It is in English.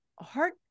heart